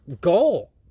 goal